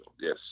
Yes